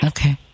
Okay